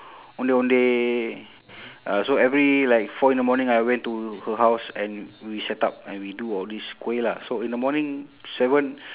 ondeh ondeh uh so every like four in the morning I went to her house and we set up and we do all these kuih lah so in the morning seven